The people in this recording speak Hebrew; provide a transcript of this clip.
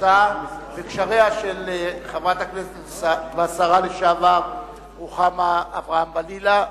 והתייחסותה וקשריה של חברת הכנסת והשרה לשעבר רוחמה אברהם-בלילא.